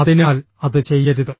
അതിനാൽ അത് ചെയ്യരുത്